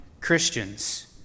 Christians